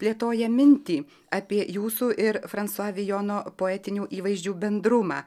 plėtoja mintį apie jūsų ir fransua vijono poetinių įvaizdžių bendrumą